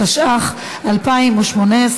התשע"ח 2018,